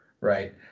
right